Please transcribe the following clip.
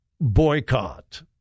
boycott